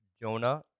Jonah